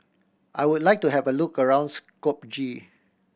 I would like to have a look around Skopje